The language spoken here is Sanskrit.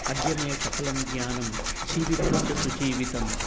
अद्य मे सफलं ज्ञानं जीवितं च सुजीवितम्